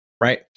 right